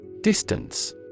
Distance